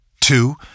two